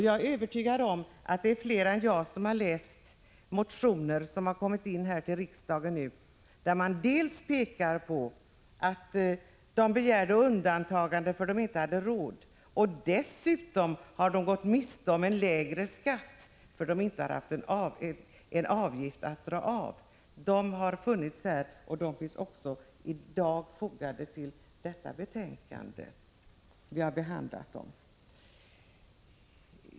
Jag är övertygad om att fler än jag har läst de motioner som har kommit in till riksdagen där man dels pekar på att männen begärde undantag därför att de inte hade råd med avgiften, dels att de har gått miste om en lägre skatt därför att de inte hade någon avgift att dra av. Deras fall har funnits med här, och de är också beaktade i dagens betänkande. Vi har behandlat dem.